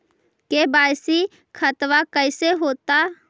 KYC खतबा कैसे होता?